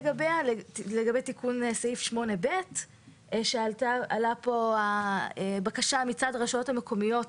לגבי תיקון סעיף 8ב. עלתה פה בקשה מצד הרשויות המקומיות